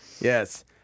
Yes